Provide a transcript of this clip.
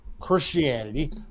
christianity